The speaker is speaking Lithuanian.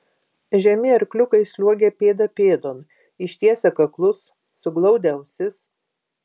žemi arkliukai sliuogė pėda pėdon ištiesę kaklus suglaudę ausis